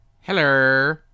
Hello